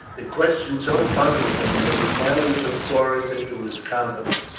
the question so puzzled him that he finally took porus into his confidence,